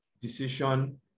decision